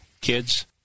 kids